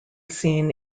seen